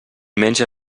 menja